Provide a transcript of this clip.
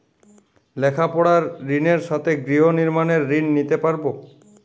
লেখাপড়ার ঋণের সাথে গৃহ নির্মাণের ঋণ নিতে পারব?